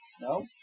No